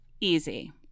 Easy